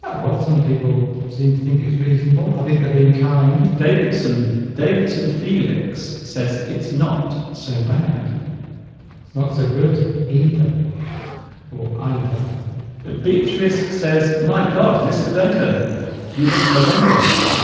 but well some people seem to think it's reasonable i think they're being kind davidson davidson felix says it's not so bad it's not so good either or either beatrice says my god mr. duncan you look horrendous